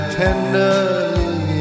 tenderly